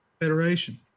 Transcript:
Federation